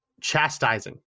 chastising